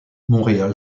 montréal